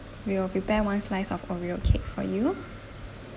we will prepare one slice of OREO cake for you